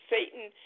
Satan